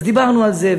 אז דיברנו על זה,